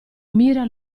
mira